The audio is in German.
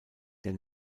der